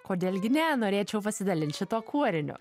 kodėl gi ne norėčiau pasidalint šituo kūriniu